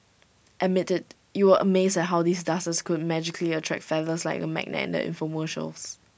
admit IT you were amazed at how these dusters could magically attract feathers like A magnet in the infomercials